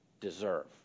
deserve